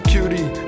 Cutie